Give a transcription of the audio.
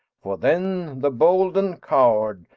for then the bold and coward,